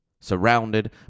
surrounded